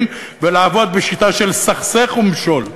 פיצולים ולעבוד בשיטה של "סכסך ומשול",